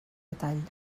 detall